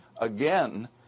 Again